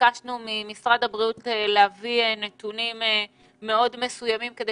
ביקשנו ממשרד הבריאות להביא נתונים מאוד מסוימים כדי